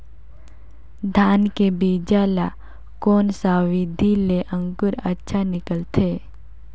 धान के बीजा ला कोन सा विधि ले अंकुर अच्छा निकलथे?